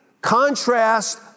contrast